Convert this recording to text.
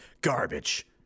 garbage